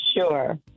Sure